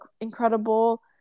incredible